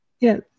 yes